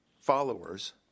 followers